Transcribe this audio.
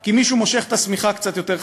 כי מישהו מושך את השמיכה קצת יותר חזק.